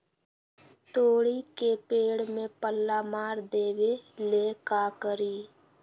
तोड़ी के पेड़ में पल्ला मार देबे ले का करी?